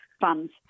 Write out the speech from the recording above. funds